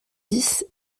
dix